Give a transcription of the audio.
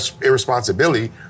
irresponsibility